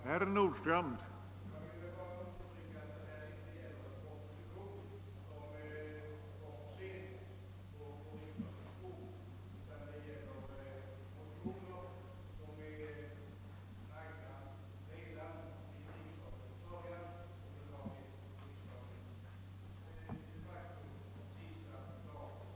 Herr talman! Menar herr Nordstrandh att de sista dagarna skall förbehålias behandling av propositioner, medan samtliga som motionerat under den allmänna motionstiden skall kunna räkna med att få sina motioner behandlade med förtur? Så kan det väl ändå inte bli. Något material måste ligga kvar som det sista.